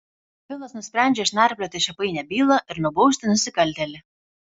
filas nusprendžia išnarplioti šią painią bylą ir nubausti nusikaltėlį